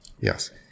Yes